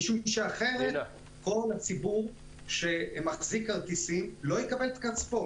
משום שאחרת כל הציבור שמחזיק כרטיסים לא יקבל את כספו,